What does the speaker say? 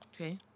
Okay